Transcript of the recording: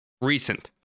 recent